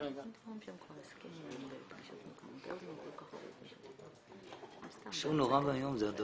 את תמונת המצב ומה יכול לקרות כי זה קורה